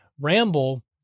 ramble